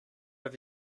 have